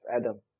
Adam